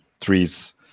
trees